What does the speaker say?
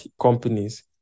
companies